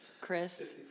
Chris